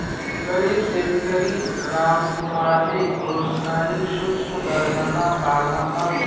गरीब शेतकरी रामकुमारले कृष्णनी सुक्ष्म कर्जना बारामा सांगं